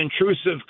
intrusive